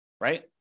right